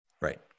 Right